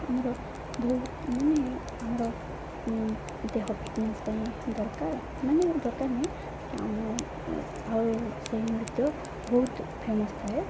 ଆମର ବହୁ ମାନେ ଆମର ଦେହ ଫିଟନେସ ପାଇଁ ଦରକାର ମାନେ ଦରକାର ନାହିଁ ସେ ଆମ ଆଉ ସେଇ ନୃତ୍ୟ ବହୁତ ଫେମସ୍ ଥାଏ